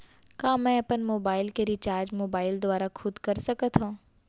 का मैं अपन मोबाइल के रिचार्ज मोबाइल दुवारा खुद कर सकत हव?